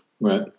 Right